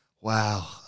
wow